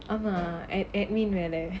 ஆமா:aamaa administration வேலை:velai